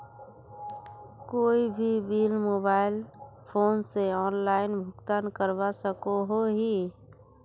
कोई भी bill mobile phone से ऑनलाइन भुगतान करवा सकोहो ही?